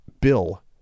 Bill